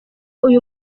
uyu